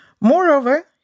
Moreover